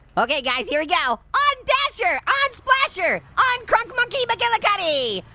okay guys, here we go. on dasher, on splasher, on crunk monkey mcgillicuddy!